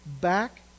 back